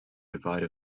divide